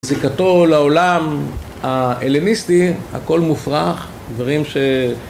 זיקתו לעולם ההלניסטי, הכל מופרך, דברים ש...